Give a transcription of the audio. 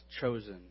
chosen